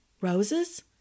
Roses